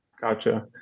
gotcha